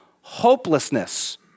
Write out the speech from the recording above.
hopelessness